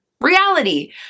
reality